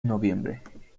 noviembre